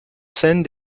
scène